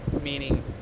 Meaning